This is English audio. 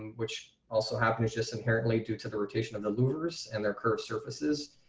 which also happens just inherently due to the rotation of the louvers and their curved surfaces,